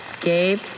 Gabe